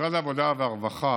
משרד העבודה, הרווחה